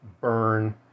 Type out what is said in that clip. burn